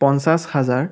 পঞ্চাছ হাজাৰ